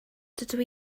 dydw